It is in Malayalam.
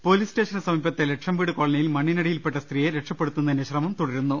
പൊലീസ് സ്റ്റേഷ്യന് സമീപത്തെ ലക്ഷംവീട് കോളനി യിൽ മണ്ണിനടിയിൽ പ്പെട്ട സ്ത്രീയെ രക്ഷപ്പെടുത്തുന്നതിന് ശ്രമം തുടരുന്നു